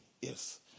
yes